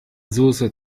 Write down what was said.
soße